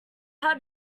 how